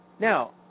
Now